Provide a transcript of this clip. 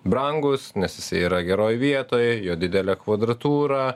brangus nes jisai yra geroj vietoj jo didelė kvadratūra